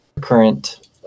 current